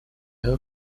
who